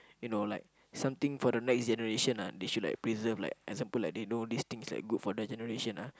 you know like something for the next generation ah they should like preserve like example they know this things good for the generation ah